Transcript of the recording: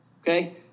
Okay